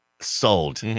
sold